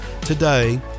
today